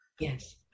Yes